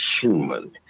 human